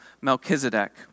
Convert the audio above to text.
Melchizedek